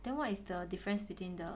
then what is the difference between the